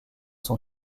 son